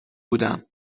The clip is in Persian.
بودم